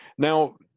Now